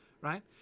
Right